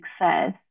success